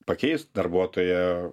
pakeisk darbuotoją